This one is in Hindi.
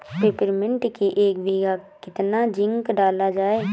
पिपरमिंट की एक बीघा कितना जिंक डाला जाए?